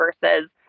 versus